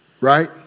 right